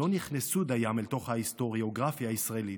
שלא נכנסו דיים אל תוך ההיסטוריוגרפיה הישראלית.